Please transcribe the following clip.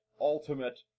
ultimate